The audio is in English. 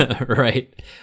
right